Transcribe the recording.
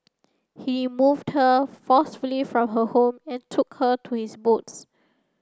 he removed her forcefully from her home and took her to his boats